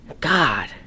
God